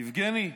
יבגני,